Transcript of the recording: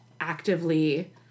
actively